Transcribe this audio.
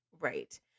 right